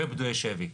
ופדויי שבי.